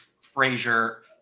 Frazier